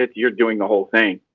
ah you're doing the whole thing